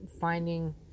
finding